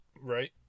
Right